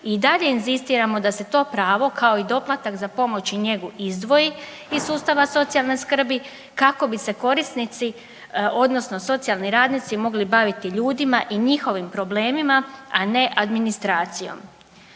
i dalje inzistiramo da se to pravo kao i doplatak za pomoć i njegu izdvoji iz sustava socijalne skrbi kako bi se korisnici odnosno socijalni radnici mogli baviti ljudima i njihovim problemima, a ne administracijom.